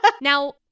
Now